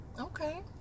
Okay